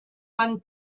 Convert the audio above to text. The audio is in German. man